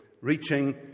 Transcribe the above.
reaching